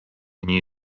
new